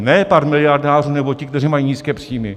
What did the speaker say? Ne pár miliardářů nebo ti, kteří mají nízké příjmy.